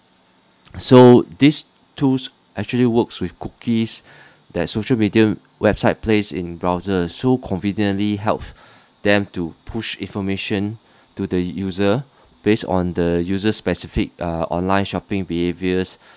so these tools actually works with cookies that social media website place in browser so conveniently help them to push information to the user base on the user specific uh online shopping behaviors